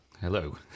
Hello